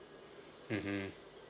mmhmm